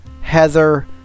Heather